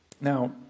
Now